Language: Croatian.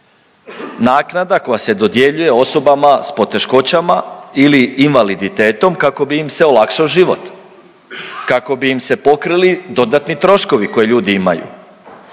naknada koja se dodjeljuje osobama s poteškoćama ili invaliditetom kako bi im se olakšao život, kako bi im se pokrili dodatni troškovi koje ljudi imaju.